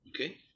Okay